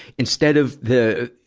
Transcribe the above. instead of the,